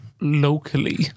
locally